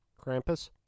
Krampus